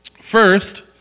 First